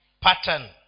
pattern